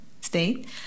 state